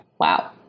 Wow